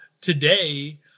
today